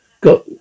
Got